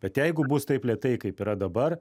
bet jeigu bus taip lėtai kaip yra dabar